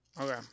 Okay